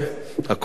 הכול נכון.